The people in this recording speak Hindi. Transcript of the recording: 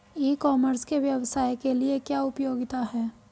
ई कॉमर्स के व्यवसाय के लिए क्या उपयोगिता है?